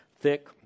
thick